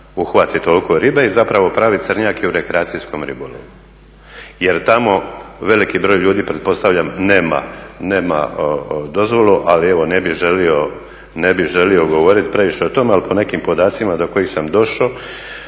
uhvati toliko ribe i zapravo pravi crnjak je u rekreacijskom ribolovu. Jer tamo veliki broj ljudi pretpostavljam nema dozvolu ali evo ne bi želio govoriti previše o tome ali po nekim podacima do kojih sam došao